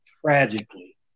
tragically